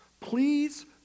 Please